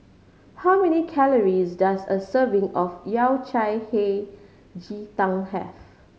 how many calories does a serving of Yao Cai Hei Ji Tang have